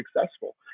successful